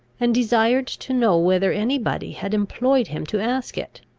and desired to know whether any body had employed him to ask it.